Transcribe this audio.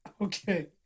okay